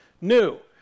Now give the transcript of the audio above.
new